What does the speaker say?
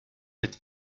être